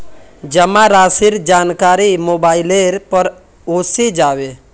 जमा राशिर जानकारी मोबाइलेर पर ओसे जाबे